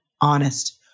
honest